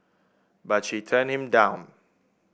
but she turned him down